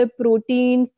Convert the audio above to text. protein